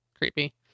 creepy